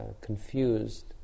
confused